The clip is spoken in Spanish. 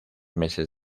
meses